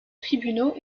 tribunaux